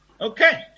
Okay